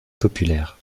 populaire